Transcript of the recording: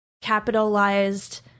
capitalized